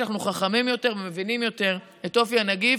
כשאנחנו חכמים יותר ומבינים יותר את אופי הנגיף,